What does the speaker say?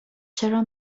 چرا